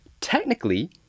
technically